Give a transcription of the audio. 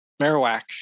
Marowak